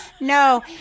No